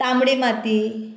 तांबडी माती